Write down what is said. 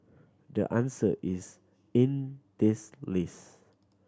the answer is in this list